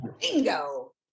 Bingo